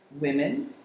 women